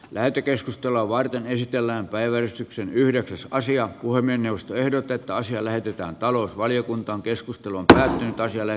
lähetekeskustelua varten esitellään päivystyksen yhdeksässä asiaa hurmeen jaosto ehdotti että asia lähetetään talousvaliokuntaan keskustelun tasapuoliseen kohteluun